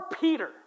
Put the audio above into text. Peter